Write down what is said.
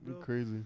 crazy